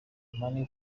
money